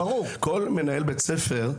כל מנהל בית ספר,